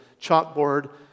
chalkboard